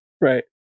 right